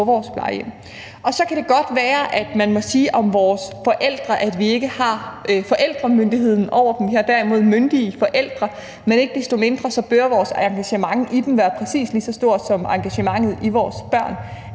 vores plejehjem. Så kan det godt være, at man må sige om vores forældre, at vi ikke har forældremyndigheden over dem. Vi har derimod myndige forældre, men ikke desto mindre bør vores engagement i dem være præcis lige så stort som engagementet i vores børn.